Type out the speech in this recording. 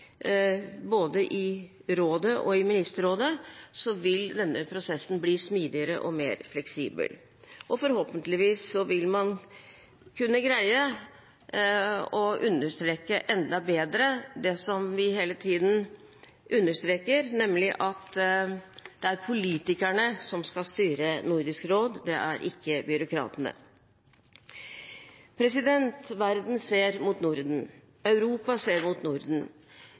både i Nordisk råd og i Ministerrådet, vil denne prosessen bli smidigere og mer fleksibel, og forhåpentligvis vil man kunne greie å understreke enda bedre det som vi hele tiden understreker, nemlig at det er politikerne som skal styre Nordisk råd, det er ikke byråkratene. Verden ser mot Norden. Europa ser mot Norden,